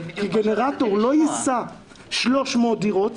גנרטור לא יישא 300 דירות.